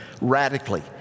radically